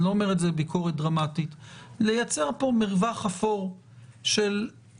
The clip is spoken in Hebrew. אני לא אומר את זה בביקורת דרמטית - לייצר פה מרווח אפור של לא